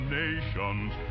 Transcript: nations